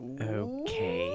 Okay